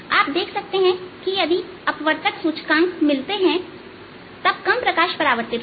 आप देख सकते हैं कि यदि अपवर्तक सूचकांक मिलते हैं तब कम प्रकाश परावर्तित होता है